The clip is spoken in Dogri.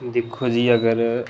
दिक्खो जी अगर